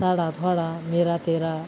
साढ़ा थोह्ड़ा मेरा तेरा